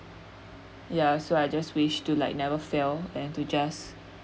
ya so I just wish to like never fail and to just